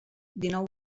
dinou